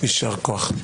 יישר כוח.